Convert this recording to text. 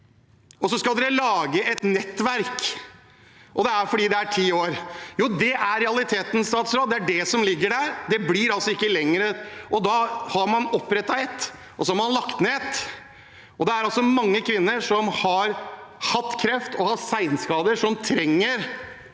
og så skal de lage et nettverk – og det er fordi det er ti år. Det er realiteten; det er det som ligger der. Det blir altså ikke lenger, og da har man opprettet et, og så har man lagt ned et. Det er mange kvinner som har hatt kreft og har senskader, som faktisk